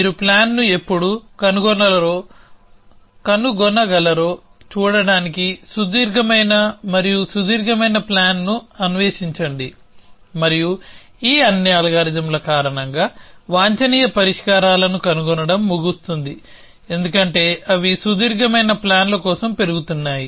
మీరు ప్లాన్ను ఎప్పుడు కనుగొనగలరో చూడడానికి సుదీర్ఘమైన మరియు సుదీర్ఘమైన ప్లాన్లను అన్వేషించండి మరియు ఈ అన్ని అల్గారిథమ్ల కారణంగా వాంఛనీయ పరిష్కారాలను కనుగొనడం ముగుస్తుంది ఎందుకంటే అవి సుదీర్ఘమైన ప్లాన్ల కోసం పెరుగుతున్నాయి